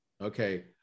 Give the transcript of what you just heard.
okay